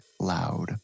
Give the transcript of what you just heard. Loud